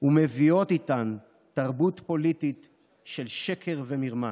ומביאות איתן תרבות פוליטית של שקר ומרמה,